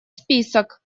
список